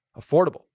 affordable